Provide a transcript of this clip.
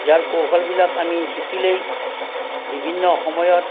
যাৰ কৌশলবিলাক আমি শিকিলেই বিভিন্ন সময়ত